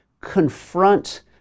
confront